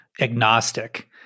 agnostic